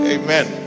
amen